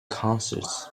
concerts